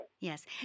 Yes